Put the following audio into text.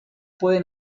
pueden